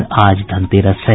और आज धनतेरस है